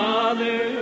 Father